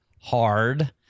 hard